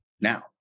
now